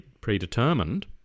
predetermined